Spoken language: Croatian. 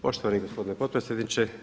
Poštovani gospodine potpredsjedniče.